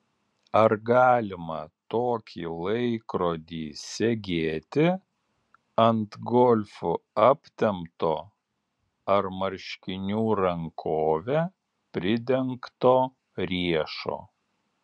ar galima tokį laikrodį segėti ant golfu aptemto ar marškinių rankove pridengto riešo